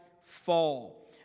fall